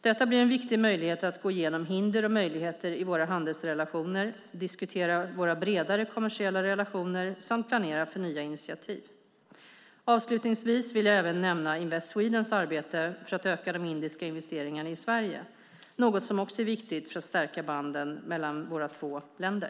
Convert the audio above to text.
Detta blir en viktig möjlighet att gå igenom hinder och möjligheter i våra handelsrelationer, diskutera våra bredare kommersiella relationer samt planera för nya initiativ. Avslutningsvis vill jag även nämna Invest Swedens arbete för att öka de indiska investeringarna i Sverige, något som också är viktigt för att stärka banden mellan våra två länder.